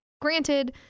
granted